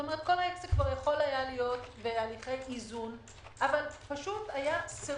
כל העסק היה יכול להיות בהליכי איזון אבל היה סירוב